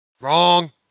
Wrong